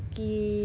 ya I think so